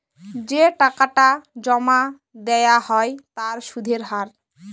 যে টাকাটা জমা দেয়া হ্য় তার সুধের হার